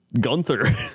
Gunther